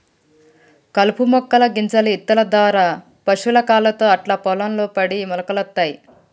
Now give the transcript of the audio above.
కలుపు మొక్కల గింజలు ఇత్తుల దారా పశువుల కాళ్లతో అట్లా పొలం లో పడి మొలకలొత్తయ్